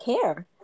care